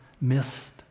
missed